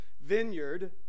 vineyard